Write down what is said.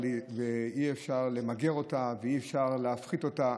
ואי-אפשר למגר אותה ואי-אפשר להפחית אותה?